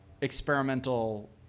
experimental